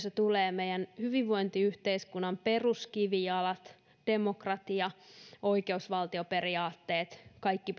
asioissa joissa meidän hyvinvointiyhteiskuntamme peruskivijalat demokratia oikeusvaltioperiaatteet kaikki